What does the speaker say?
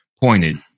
pointed